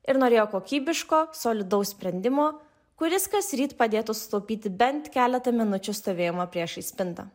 ir norėjo kokybiško solidaus sprendimo kuris kasryt padėtų sutaupyti bent keletą minučių stovėjimo priešais spintą